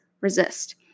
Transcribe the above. resist